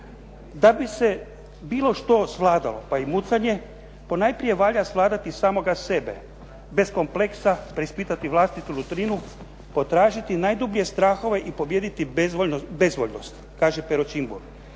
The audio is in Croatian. Da bi se bilo što savladalo pa i mucanje ponajprije valjda svladati samoga sebe, bez kompleksa, preispitati vlastitu nutrinu, potražiti najdublje strahove i pobijediti bezvoljnost, kaže Pero Čimbur.